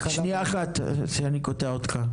שניה אחת שאני קוטע אותך.